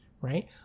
right